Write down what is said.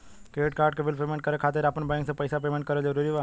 Credit card के bill payment करे खातिर आपन बैंक से पईसा पेमेंट करल जरूरी बा?